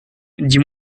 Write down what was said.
dis